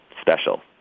special